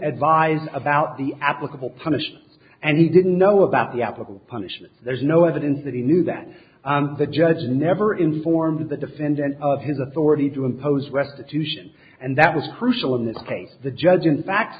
advised about the applicable punished and he didn't know about the applicable punishment there's no evidence that he knew that the judge never informed the defendant of his authority to impose restitution and that was crucial in this case the judge in fact